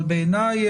אבל בעיניי